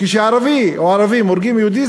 כשערבי או ערבים הורגים יהודי,